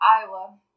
Iowa